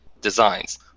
designs